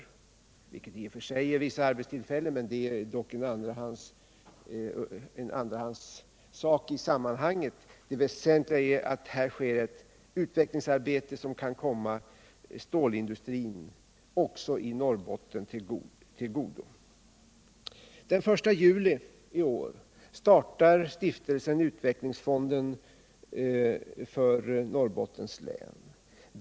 Dessa ger i och för sig vissa arbetstillfällen, men det är dock en andrahandssak i sammanhanget — Norrbotten det väsentliga är att här bedrivs ett utvecklingsarbete, som också kan komma stålindustrin i Norrbotten till godo. Den 1 juli i år startar Stiftelsen Utvecklingsfonden för Norrbottens län sin verksamhet.